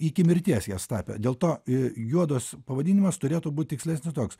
iki mirties jas tapė dėl to juodos pavadinimas turėtų būti tikslesnio toks